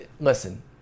Listen